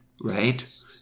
right